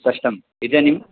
स्पष्टम् इदानीं